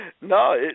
No